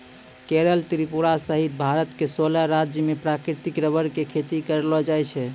केरल त्रिपुरा सहित भारत के सोलह राज्य मॅ प्राकृतिक रबर के खेती करलो जाय छै